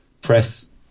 press